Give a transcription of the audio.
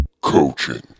Coaching